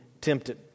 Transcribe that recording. tempted